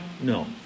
No